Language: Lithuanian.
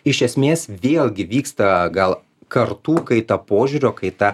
iš esmės vėlgi vyksta gal kartų kaita požiūrio kaita